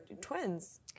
twins